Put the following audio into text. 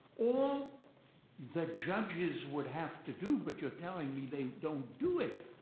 all the judges would have to do, but you're telling me they don't do it.